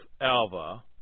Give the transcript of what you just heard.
Alva